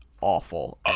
awful